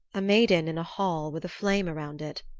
a maiden in a hall with a flame around it,